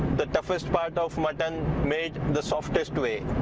the toughest part of mutton made the softest way.